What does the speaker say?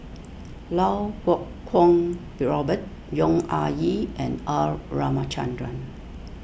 Lau Kuo Kwong Robert Yong Ah Kee and R Ramachandran